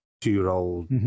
two-year-old